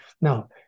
Now